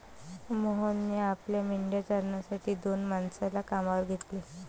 मोहनने आपल्या मेंढ्या चारण्यासाठी दोन माणसांना कामावर घेतले